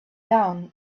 down